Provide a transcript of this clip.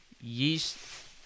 yeast